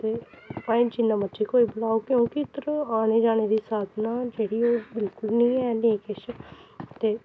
ते भाएं जिन्ना मर्जी कोई बलाओ क्योंकि इद्धर औने जाने दी साधना जेह्ड़ी ओह् बिल्कुल निं है नेईं कुछ ते